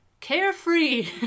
carefree